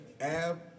Ab